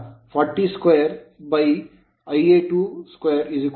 2 2 10